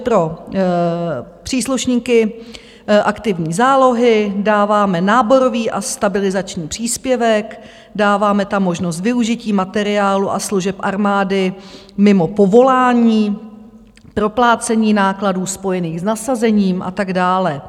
Pro příslušníky aktivní zálohy dáváme náborový a stabilizační příspěvek, dáváme tam možnost využití materiálu a služeb armády mimo povolání, proplácení nákladů spojených s nasazením a tak dále.